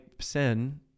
sin